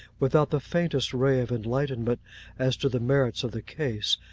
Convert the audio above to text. without the faintest ray of enlightenment as to the merits of the case,